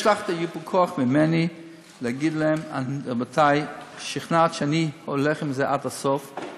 יש לך ייפוי כוח ממני להגיד להם ששוכנעת שאני הולך עם זה עד הסוף,